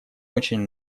очень